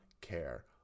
care